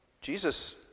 Jesus